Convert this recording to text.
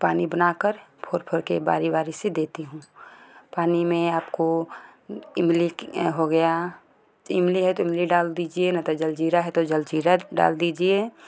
पानी बना कर फोर फोर कर बारी बारी से देती हूँ पानी में आपको इमली हो गया इमली हो ता इमली डाल दीजिए न तो जलजीरा है तो जलजीरा डाल दीजिए